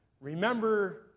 Remember